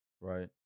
right